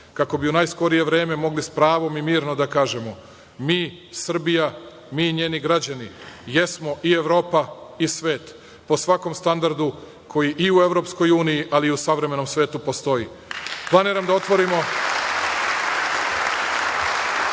kako bi u najskorije vreme mogli s pravom i mirno da kažemo – Srbija, mi, njeni građani, jesmo i Evropa i svet po svakom standardu koji i u EU, ali u savremenom svetu postoji. Planiram da otvorimo